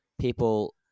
people